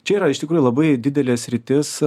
čia yra iš tikrųjų labai didelė sritis